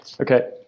Okay